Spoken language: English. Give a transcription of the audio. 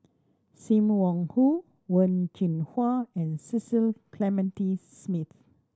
Sim Wong Hoo Wen Jinhua and Cecil Clementi Smith